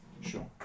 Sure